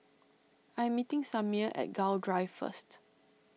I am meeting Samir at Gul Drive first